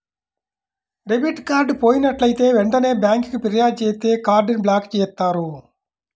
debit card పోయినట్లైతే వెంటనే బ్యేంకుకి ఫిర్యాదు చేత్తే కార్డ్ ని బ్లాక్ చేత్తారు